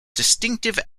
distinctive